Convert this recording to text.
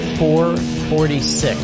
446